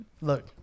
Look